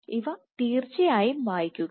ഇവ തീർച്ചയായും വായിക്കുക